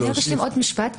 רק אשלים עוד משפט.